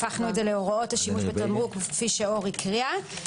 הפכנו את זה להוראות השימוש בתמרוק כפי שאור הקריאה.